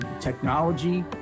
technology